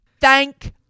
Thank